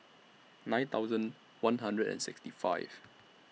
nine thousand one hundred and sixty five